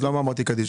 למה אמרתי קדיש?